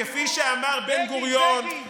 כפי שאמר בן-גוריון.